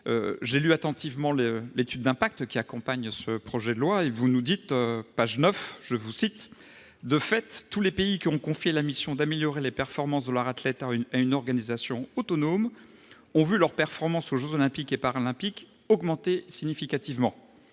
J'ai lu avec attention l'étude d'impact qui accompagne ce projet de loi : à la page 9, il y est écrit que, « de fait, tous les pays qui ont confié la mission d'améliorer les performances de leurs athlètes à une organisation autonome [...] ont vu leur performance aux jeux Olympiques et Paralympiques augmenter significativement. À